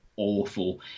awful